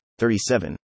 37